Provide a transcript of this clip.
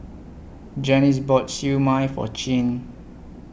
Janice bought Siew Mai For Chin